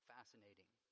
Fascinating